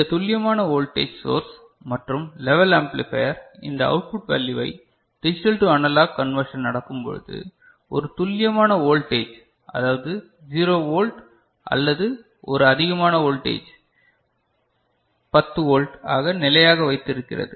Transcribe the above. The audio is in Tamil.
இந்த துல்லியமான வோல்டேஜ் சோர்ஸ் மற்றும் லெவல் ஆம்ப்ளிபையர் இந்த அவுட்புட் வேல்யூவை டிஸ்டில்டு அனலாக் கண்வர்ஷன் நடக்கும் பொழுது ஒரு துல்லியமான ஒல்டேஜ் அதாவது ஜீரோ வோல்ட் அல்லது ஒரு அதிகமான வோல்ட்ஏஜ் 10 வோல்ட் ஆக நிலையாக வைத்து இருக்கிறது